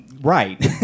right